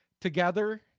Together